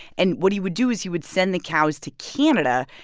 and what he would do is he would send the cows to canada,